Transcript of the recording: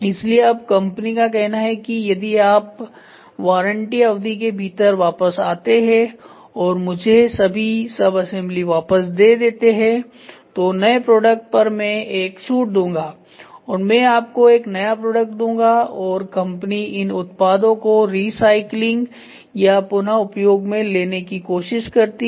इसलिएअब company का कहना है कि यदि आप वारंटी अवधि के भीतर वापस आते हैं और मुझे सभी सबसेंबली वापस दे देते हैं तो नए प्रोडक्ट पर मैं एक छूट दूंगा और मैं आपको एक नया प्रोडक्ट दूंगा और कंपनी इन उत्पादों को रीसाइक्लिंग या पुन उपयोग में लेने की कोशिश करती है